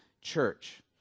church